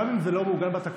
גם אם זה לא מעוגן בתקנון,